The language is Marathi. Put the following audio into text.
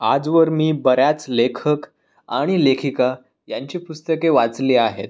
आजवर मी बऱ्याच लेखक आणि लेखिका यांची पुस्तके वाचली आहेत